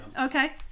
okay